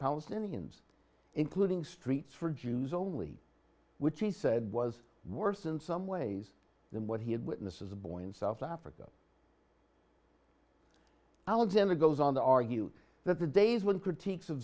palestinians including streets for jews only which he said was worse in some ways than what he had witnesses a boy in south africa alexander goes on to argue that the days when critique